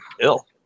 ill